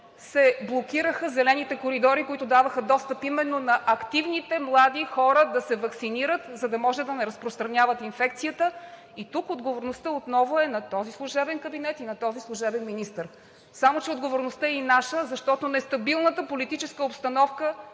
се блокираха зелените коридори, които даваха достъп именно на активните млади хора да се ваксинират, за да може да не разпространяват инфекцията. И тук отговорността отново е на този служебен кабинет и на този служебен министър. Само че отговорността е и наша, защото нестабилната политическа обстановка